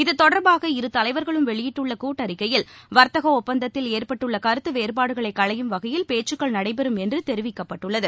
இதுதொடர்பாக இருதலைவர்களும் வெளியிட்டுள்ள கூட்டறிக்கையில் வர்த்தக ஒப்பந்தத்தில் ஏற்பட்டுள்ள கருத்து வேறுபாடுகளை களையும் வகையில் பேச்சுக்கள் நடைபெறும் என்று தெரிவிக்கப்பட்டுள்ளது